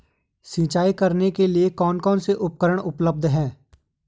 सिंचाई करने के लिए कौन कौन से उपकरण उपलब्ध हैं?